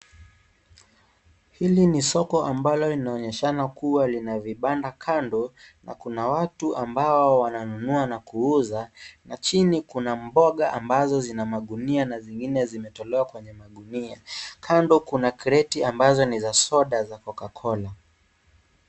Hili ni soko ambalo linaonyeshana kuwa lina vibanda kando, na kuna watu ambao wananunua na kuuza, na chini kuna mboga ambazo zina maguni na zingine zimetolewa kwenye magunia, kando kuna kreti ambazo ni za soda, za (cs)Coca-Cola(cs).